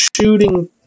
shooting